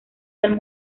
del